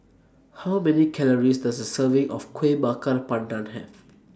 How Many Calories Does A Serving of Kueh Bakar Pandan Have